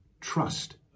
trust